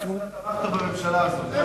אני רוצה להזכיר לך שאתה תמכת בממשלה הזאת.